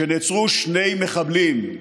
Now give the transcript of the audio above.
כשנעצרו שני מחבלים,